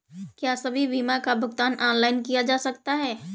क्या सभी बीमा का भुगतान ऑनलाइन किया जा सकता है?